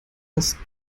dass